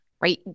right